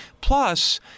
Plus